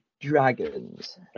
Dragons